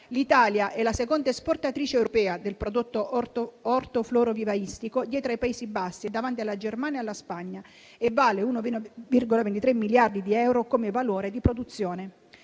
L'Italia è la seconda esportatrice europea del prodotto orto-florovivaistico, dietro ai Paesi Bassi e davanti alla Germania ed alla Spagna, e vale 1,23 miliardi di euro come valore di produzione.